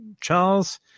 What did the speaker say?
Charles